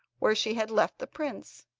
where she had left the prince.